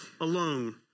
alone